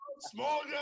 small